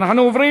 אנחנו עוברים